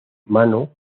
mano